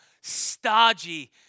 stodgy